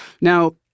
Now